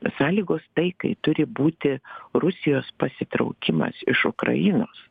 sąlygos taikai turi būti rusijos pasitraukimas iš ukrainos